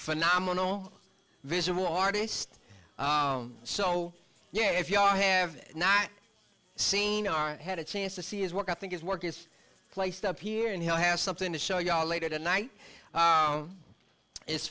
phenomenal visual artists so yeah if you are have not seen i had a chance to see his work i think his work is placed up here and he'll have something to show you all later tonight